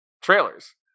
trailers